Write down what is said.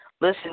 Listen